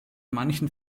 manchen